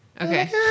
Okay